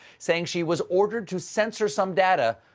saying she was ordered to censor some data,